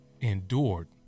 Endured